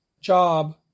job